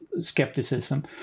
skepticism